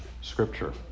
Scripture